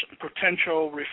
potential